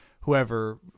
whoever